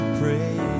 pray